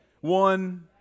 one